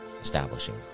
establishing